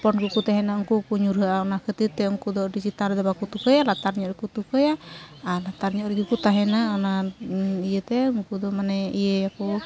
ᱦᱚᱯᱚᱱᱠᱚᱠᱚ ᱛᱮᱦᱮᱱᱟ ᱩᱝᱠᱚᱠᱚ ᱧᱩᱨᱦᱟᱹᱜᱼᱟ ᱚᱱᱟ ᱠᱷᱟᱹᱛᱤᱨᱛᱮ ᱩᱱᱠᱚᱫᱚ ᱟᱹᱰᱤ ᱪᱮᱛᱟᱱ ᱨᱮᱫᱚ ᱵᱟᱠᱚ ᱛᱩᱠᱟᱹᱭᱟ ᱞᱟᱛᱟᱨᱧᱚᱜ ᱨᱮᱠᱚ ᱛᱩᱠᱟᱹᱭᱟ ᱟᱨ ᱞᱟᱛᱟᱨᱧᱚᱜ ᱨᱮᱜᱮᱠᱚ ᱛᱟᱦᱮᱱᱟ ᱚᱱᱟ ᱤᱭᱟᱹᱛᱮ ᱱᱩᱠᱩᱫᱚ ᱢᱟᱱᱮ ᱤᱭᱟᱹᱭᱟᱠᱚ